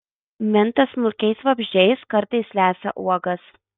minta smulkiais vabzdžiais kartais lesa uogas